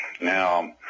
Now